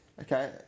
Okay